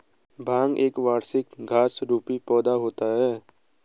भांग एक वार्षिक घास रुपी पौधा होता है